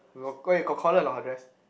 low eh got collar or not her dress